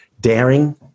Daring